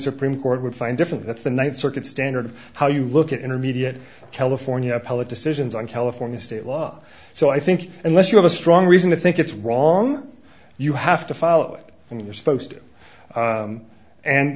supreme court would find different that's the th circuit standard how you look at intermediate california appellate decisions on california state law so i think unless you have a strong reason to think it's wrong you have to follow it and you're supposed to and